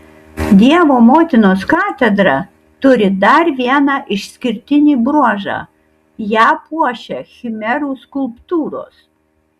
dievo motinos katedra turi dar vieną išskirtinį bruožą ją puošia chimerų skulptūros